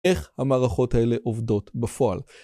איך המערכות האלה עובדות בפועל?